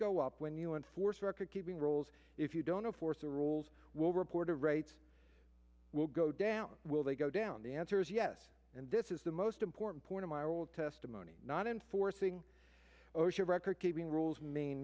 go up when you enforce recordkeeping rules if you don't know force or rules will report a rates will go down will they go down the answer is yes and this is the most important point of my oral testimony not enforcing osha recordkeeping rules main